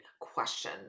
question